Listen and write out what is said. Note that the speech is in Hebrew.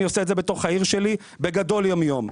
אני עושה את זה בתוך העיר שלי בגדול יום יום.